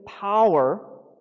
power